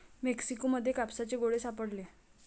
Mexico मध्ये कापसाचे गोळे सापडले